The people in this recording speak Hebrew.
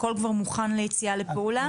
הכול כבר מוכן ליציאה לפעולה.